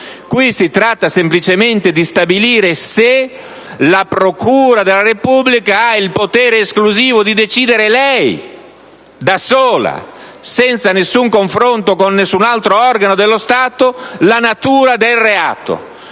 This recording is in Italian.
Qui si tratta semplicemente di stabilire se la Procura della Repubblica ha il potere esclusivo di decidere, da sola e senza alcun confronto con altro organo dello Stato, la natura del reato.